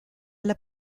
alla